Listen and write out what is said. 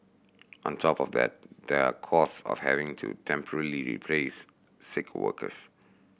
on top of that there are cost of having to temporarily replace sick workers